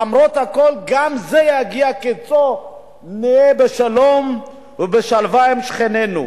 למרות הכול גם זה יגיע קצו ונחיה בשלום ובשלווה עם שכנינו.